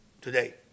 today